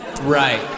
Right